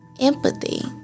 empathy